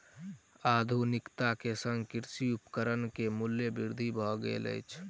आधुनिकता के संग कृषि उपकरण के मूल्य वृद्धि भेल अछि